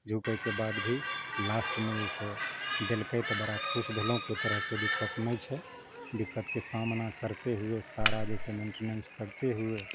झुकैके बाद भी लास्टमे जे छै देलकै तऽ बड़ा खुश भेलहुँ कोइ तरहके दिक्कत नहि छै दिक्कतके सामना करते हुए सारा जे छै मेन्टेनेन्स करते हुए